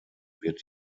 wird